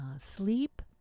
sleep